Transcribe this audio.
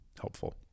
helpful